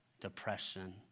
depression